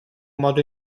modo